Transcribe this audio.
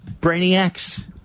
brainiacs